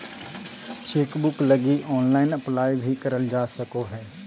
chequebook लगी online apply भी करल जा सको हइ